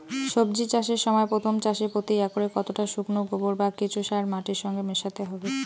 সবজি চাষের সময় প্রথম চাষে প্রতি একরে কতটা শুকনো গোবর বা কেঁচো সার মাটির সঙ্গে মেশাতে হবে?